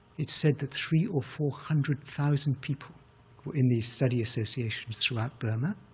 it's said that three or four hundred thousand people were in these study associations throughout burma,